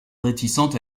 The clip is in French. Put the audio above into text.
réticente